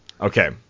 Okay